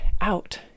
out